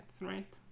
right